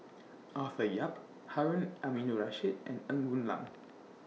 Arthur Yap Harun Aminurrashid and Ng Woon Lam